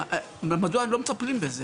מדוע הם לא מטפלים בזה?